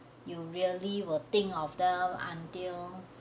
you really will think of them until